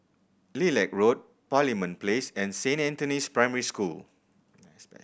Lilac Road Parliament Place and Saint Anthony's Primary School